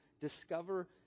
discover